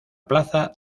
plaza